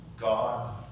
God